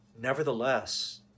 Nevertheless